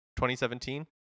2017